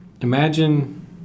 imagine